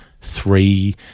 Three